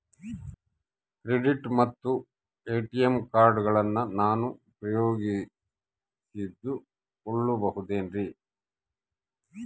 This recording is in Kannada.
ಕ್ರೆಡಿಟ್ ಮತ್ತ ಎ.ಟಿ.ಎಂ ಕಾರ್ಡಗಳನ್ನ ನಾನು ಫ್ರೇಯಾಗಿ ಇಸಿದುಕೊಳ್ಳಬಹುದೇನ್ರಿ?